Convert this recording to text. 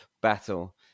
battle